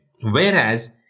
whereas